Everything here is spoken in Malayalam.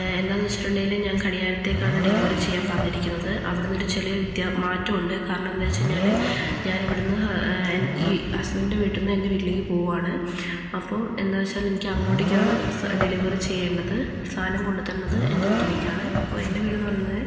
എന്താന്നു വച്ചിട്ടുണ്ടെങ്കില് ഞാൻ കണിയാപുരത്തേയ്ക്ക് ആണ് ഡെലിവറി ചെയ്യാൻ പറഞ്ഞിരിക്കുന്നത് അവിടുന്നൊരു ചെറിയ മാറ്റമുണ്ട് കാരണം എന്താന്നു വച്ചുകഴിഞ്ഞാല് ഞാനിവിടുന്ന് ഈ ഹസ്ബൻഡിൻ്റെ വീട്ടീന്നു എൻ്റെ വീട്ടിലേക്കു പോകുവാണ് അപ്പോ എന്താന്നുവച്ചാല് എനിക്ക് അങ്ങോട്ടേക്കാണ് ഡെലിവറി ചെയ്യേണ്ടത് സാധനം കൊണ്ടുതരണത് എൻ്റെ വീട്ടിലേക്കാണ് അപ്പോൾ എൻ്റെ വീടെന്നു പറഞ്ഞാൽ